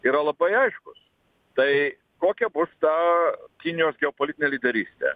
yra labai aiškus tai kokia bus ta kinijos geopolitinė lyderystė